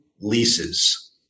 leases